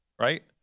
right